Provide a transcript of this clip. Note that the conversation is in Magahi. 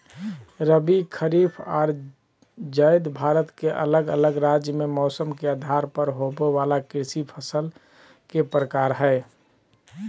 रबी, खरीफ आर जायद भारत के अलग अलग राज्य मे मौसम के आधार पर होवे वला कृषि फसल के प्रकार हय